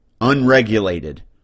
unregulated